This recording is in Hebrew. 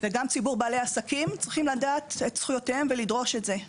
וגם ציבור בעלי העסקים צריך לדעת את זכויותיו ולדרוש את זה.